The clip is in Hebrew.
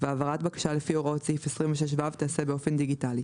והעברת בקשה לפי הוראות סעיף 26ו תיעשה באופן דיגיטלי,